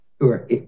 Sure